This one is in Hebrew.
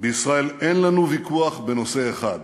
"בישראל אין לנו ויכוח בנושא אחד: